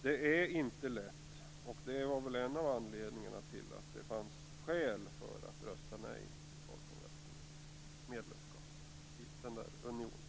Det är inte lätt, och det var väl en av anledningarna till att det fanns skäl att rösta nej i folkomröstningen om medlemskap i "den där unionen".